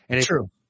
True